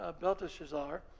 Belteshazzar